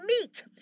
meat